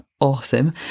Awesome